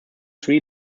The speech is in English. three